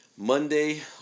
Monday